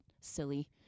silly